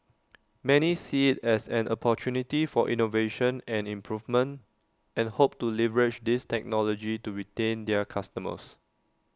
many see as an opportunity for innovation and improvement and hope to leverage this technology to retain their customers